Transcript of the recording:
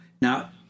Now